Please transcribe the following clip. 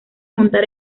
montar